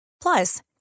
Plus